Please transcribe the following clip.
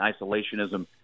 isolationism